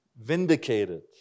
vindicated